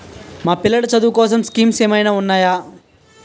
మా పిల్లలు చదువు కోసం స్కీమ్స్ ఏమైనా ఉన్నాయా?